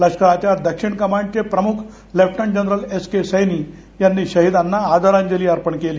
लष्कराच्या दक्षिण कमांडचे प्रमुख lieutenant general S K Saini यांनी शहिदांना आदरांजली अर्पण केली